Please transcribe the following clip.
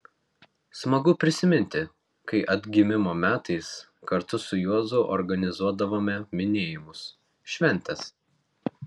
smagu prisiminti kai atgimimo metais kartu su juozu organizuodavome minėjimus šventes